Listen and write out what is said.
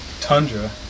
tundra